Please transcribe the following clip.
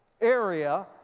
area